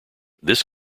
this